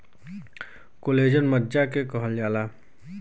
collagen मज्जा के कहल जाला